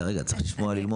רגע, רגע, צריך לשמוע וללמוד.